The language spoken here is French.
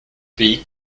pays